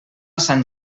sant